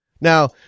Now